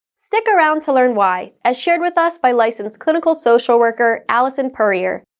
stick around to learn why as shared with us by licensed clinical social worker, allison puryear.